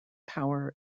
power